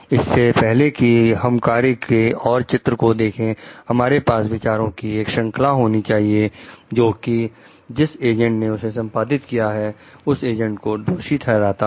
इससे पहले कि हम कार्य के और चित्र को देखें हमारे पास विचारों की एक श्रंखला होनी चाहिए जोकि जिस एजेंट ने उसे संपादित किया है उस एजेंट को दोषी ठहराता है